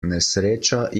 nesreča